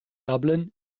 dublin